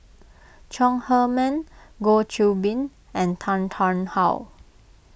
Chong Heman Goh Qiu Bin and Tan Tarn How